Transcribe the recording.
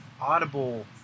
audible